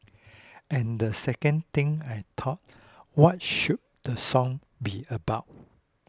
and the second thing I thought what should the song be about